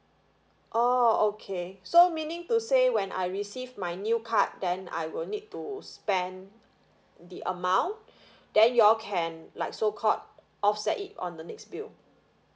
oh okay so meaning to say when I receive my new card then I will need to spend the amount then y'all can like so called offset it on the next bill